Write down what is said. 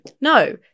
No